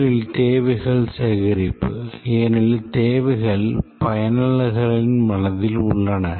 முதலில் தேவைகள் சேகரிப்பு ஏனெனில் தேவைகள் பயனர்களின் மனதில் உள்ளன